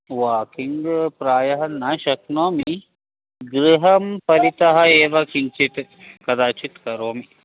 walking प्रायः न शक्नोमि गृहं परितः एव किञ्चित् कदाचित् करोमि